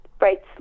right